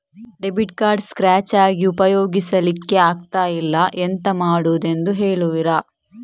Debit card scratch ಆಗಿ ಉಪಯೋಗಿಸಲ್ಲಿಕ್ಕೆ ಆಗ್ತಿಲ್ಲ, ಎಂತ ಮಾಡುದೆಂದು ಹೇಳುವಿರಾ?